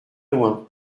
loin